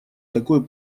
такой